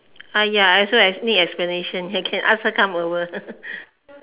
ah ya I also need explanation here can ask her come over